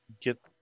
get